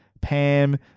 Pam